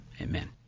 amen